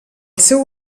seu